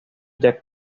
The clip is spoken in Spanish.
jack